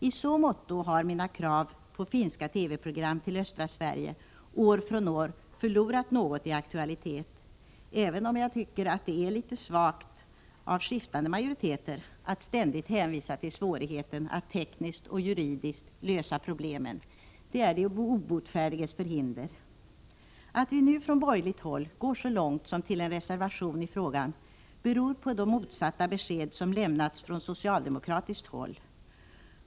I så måtto har mina krav på finska TV-program i östra Sverige år från år förlorat något i aktualitet, även om jag tycker att det är litet svagt av skiftande majoriteter att ständigt hänvisa till svårigheten att tekniskt och juridiskt lösa problemen. Det är de obotfärdigas förhinder. Att vi nu från borgerligt håll går så långt som till en reservation i frågan beror på de motsatta besked som lämnats från socialdemokratiskt håll.